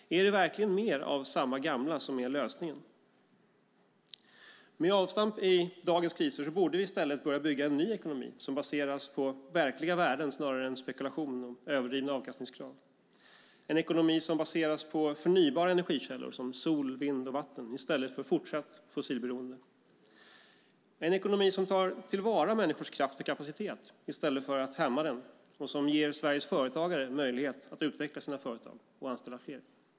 Är det verkligen mer av samma gamla som är lösningen? Med avstamp i dagens kriser borde vi i stället börja bygga en ny ekonomi som baseras på verkliga värden snarare än spekulation och överdrivna avkastningskrav. Vi vill ha en ekonomi som baseras på förnybara energikällor som sol, vind och vatten i stället för fortsatt fossilberoende. Vi vill ha en ekonomi som tar till vara människors kraft och kapacitet i stället för att hämma den och som ger Sveriges företagare möjlighet att utveckla sina företag och anställa fler.